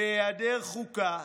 בהיעדר חוקה,